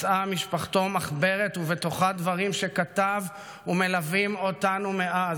מצאה משפחתו מחברת ובתוכה דברים שכתב ומלווים אותנו מאז: